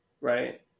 right